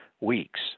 weeks